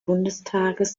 bundestages